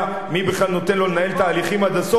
מי בכלל נותן לו לנהל תהליכים עד הסוף,